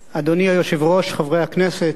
אדוני היושב-ראש, חברי הכנסת,